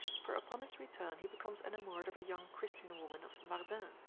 for upon his return he becomes enamoured of a young christian woman of mardin,